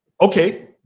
Okay